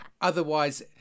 Otherwise